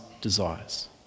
desires